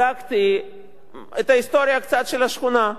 בדקתי קצת את ההיסטוריה של השכונה.